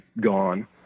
gone